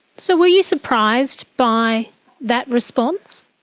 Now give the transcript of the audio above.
so were you surprised by that response?